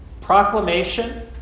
proclamation